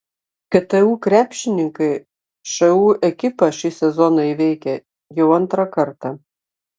ktu krepšininkai šu ekipą šį sezoną įveikė jau antrą kartą